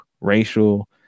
racial